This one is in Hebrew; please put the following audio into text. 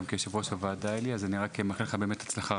אני רוצה לאחל לך בהצלחה.